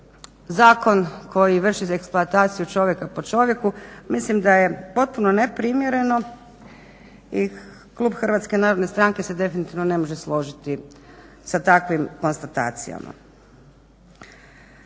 zakon koji vrši za eksploataciju čovjeka po čovjeku, mislim da je potpuno neprimjereno i Klub HNS-a se definitivno ne može složiti sa takvim konstatacijama.